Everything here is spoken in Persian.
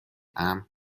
امن